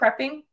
prepping